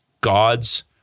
God's